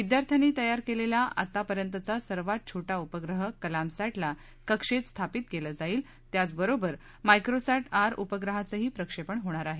विद्यार्थ्यांनी तयार केलेल्या आतापर्यंतचा सर्वात छोटा उपग्रह कलामसॅटला कक्षेत स्थापित केलं जाईल त्याचबरोबर मायक्रोसॅट आर उपग्रहाचं प्रक्षेपण होणार आहे